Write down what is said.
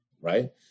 right